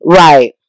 right